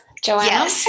Joanna